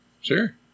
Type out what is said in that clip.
Sure